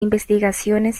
investigaciones